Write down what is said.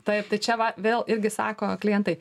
taip tai čia va vėl irgi sako klientai